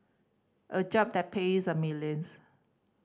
a job that pays a millions